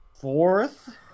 fourth